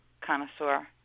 connoisseur